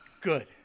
Good